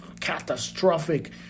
catastrophic